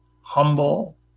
humble